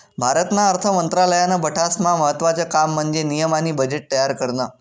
भारतना अर्थ मंत्रालयानं बठ्ठास्मा महत्त्वानं काम म्हन्जे नियम आणि बजेट तयार करनं